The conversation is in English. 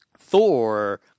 Thor